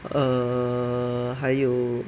err 还有